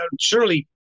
Surely